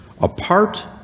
Apart